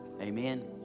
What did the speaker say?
Amen